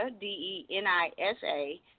D-E-N-I-S-A